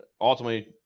ultimately